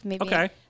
Okay